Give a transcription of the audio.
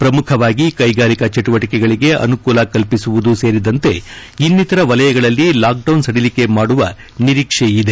ಶ್ರಮುಖವಾಗಿ ಕೈಗಾರಿಕಾ ಚಟುವಟಿಕೆಗಳಿಗೆ ಅನುಕೂಲ ಕಲ್ಪಿಸುವುದು ಸೇರಿದಂತೆ ಇನ್ನಿತರ ವಲಯಗಳಲ್ಲಿ ಲಾಕ್ಡೌನ್ ಸಡಿಲಿಕೆ ಮಾಡುವ ನಿರೀಕ್ಷೆ ಇದೆ